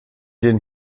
den